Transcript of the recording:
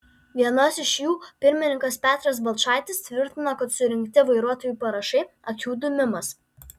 vienos iš jų pirmininkas petras balčaitis tvirtina kad surinkti vairuotojų parašai akių dūmimas